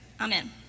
amen